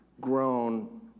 grown